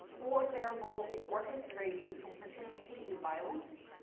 for their role in orchestrating and participating in violence.